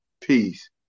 peace